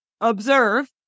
observe